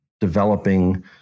developing